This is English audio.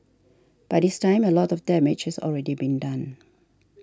by this time a lot of damage has already been done